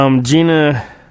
Gina